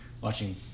watching